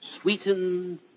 sweeten